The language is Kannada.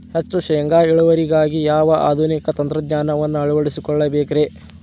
ಹೆಚ್ಚು ಶೇಂಗಾ ಇಳುವರಿಗಾಗಿ ಯಾವ ಆಧುನಿಕ ತಂತ್ರಜ್ಞಾನವನ್ನ ಅಳವಡಿಸಿಕೊಳ್ಳಬೇಕರೇ?